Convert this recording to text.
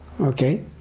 Okay